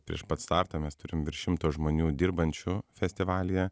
prieš pat startą mes turim virš šimto žmonių dirbančių festivalyje